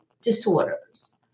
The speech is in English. disorders